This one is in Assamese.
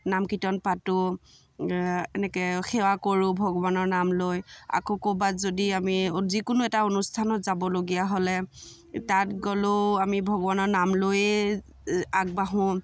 নাম কীৰ্তন পাতোঁ এনেকৈ সেৱা কৰোঁ ভগৱানৰ নাম লৈ আকৌ ক'ৰবাত যদি আমি যিকোনো এটা অনুষ্ঠানত যাবলগীয়া হ'লে তাত গ'লেও আমি ভগৱানৰ নাম লৈয়ে আগবাঢ়োঁ